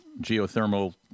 geothermal